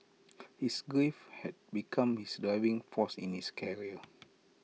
his grief had become his driving force in his career